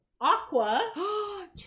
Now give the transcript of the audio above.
aqua